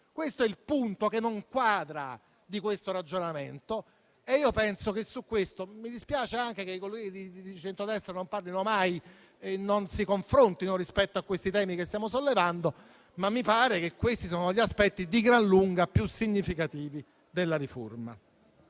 Questo è il punto che non quadra di questo ragionamento. Mi dispiace anche che i colleghi di centrodestra non parlino mai e non si confrontino rispetto ai temi che stiamo sollevando, ma mi pare che questi siano gli aspetti di gran lunga più significativi della riforma.